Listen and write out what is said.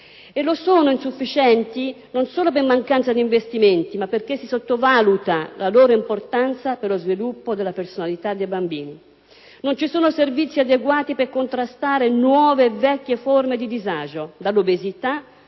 nidi sono insufficienti non solo per mancanza di investimenti, ma perché si sottovaluta la loro importanza per lo sviluppo della personalità dei bambini. Non ci sono servizi adeguati per contrastare nuove e vecchie forme di disagio - dall'obesità